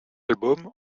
album